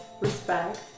respect